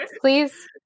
Please